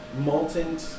molten